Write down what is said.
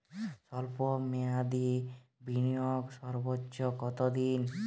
স্বল্প মেয়াদি বিনিয়োগ সর্বোচ্চ কত দিন?